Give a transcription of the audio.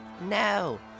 No